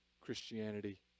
Christianity